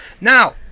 Now